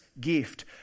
gift